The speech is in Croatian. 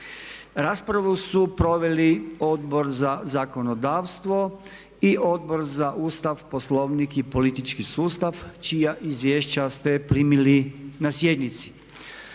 Raspravu su proveli Odbor za zakonodavstvo i Odbor za Ustav, Poslovnik i politički sustav čija izvješća ste primili na sjednici.